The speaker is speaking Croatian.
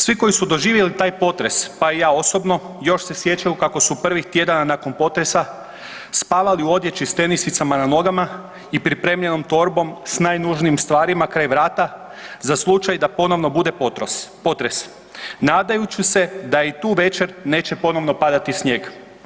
Svi koji su doživjeli taj potres pa i ja osobno još se sjećaju kako su prvih tjedana nakon potresa spavali u odjeći sa tenisicama na nogama i pripremljenom torbom sa najnužnijim stvarima kraj vrata za slučaj da ponovno bude potres nadajući se da i tu večer neće ponovno padati snijeg.